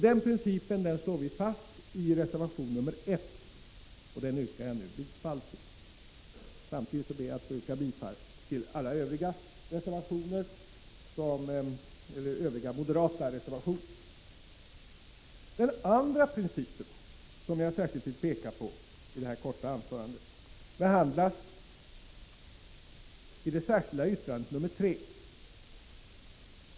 Denna princip slår vi fast i reservation nr 1, som jag nu yrkar bifall till. Samtidigt ber jag att få yrka bifall till alla övriga moderata reservationer. Den andra principen som jag särskilt vill peka på i detta korta anförande behandlas i det särskilda yttrandet nr 3.